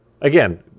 Again